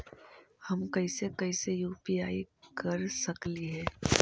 हम कैसे कैसे यु.पी.आई कर सकली हे?